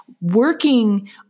working